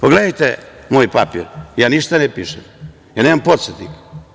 Pogledajte moj papir, ja ništa ne pišem, ja nemam podsetnik.